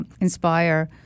inspire